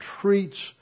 treats